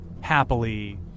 happily